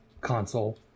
console